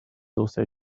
also